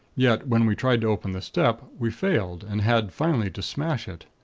yet, when we tried to open the step, we failed, and had finally to smash it.